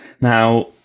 now